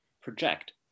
project